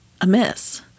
amiss